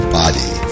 body